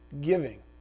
giving